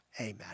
amen